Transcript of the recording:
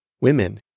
women